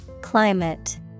Climate